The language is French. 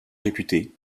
réputée